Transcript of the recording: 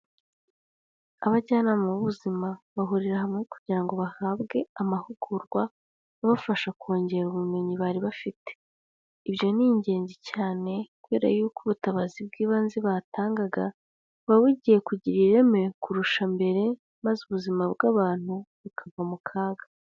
Abajyanama b'ubuzima bahurira hamwe kugira ngo bahabwe amahugurwa, abafasha kongera ubumenyi bari bafite. Ibyo ni ingenzi cyane, kubera yuko ubutabazi bw'ibanze batangaga buba bugiye kugira ireme kurusha mbere, maze ubuzima bw'abantu bukava mu kaga.